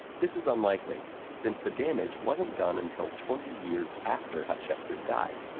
this is unlikely since the damage wasn't done until twenty years after hatshepsut died.